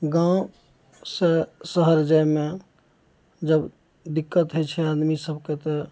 गाँवसँ शहर जाइमे जब दिक्कत होइ छै आदमी सबके तऽ